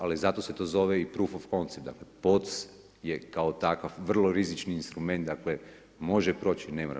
Ali zato se to zove i … Dakle, … kao takav vrlo rizični instrument, dakle može proći i ne mora.